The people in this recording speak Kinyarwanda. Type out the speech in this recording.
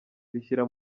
bishyira